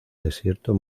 desierto